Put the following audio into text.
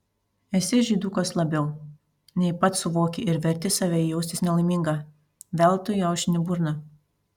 esi žydukas labiau nei pats suvoki ir verti save jaustis nelaimingą veltui aušini burną